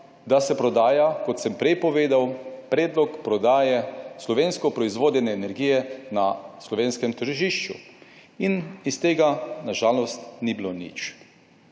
da se prodaja, kot sem prej povedal, predlog prodaje slovensko proizvodene energije na slovenskem tržišču in iz tega na žalost ni bilo nič.